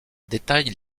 détaille